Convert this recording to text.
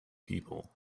people